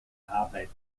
arbeit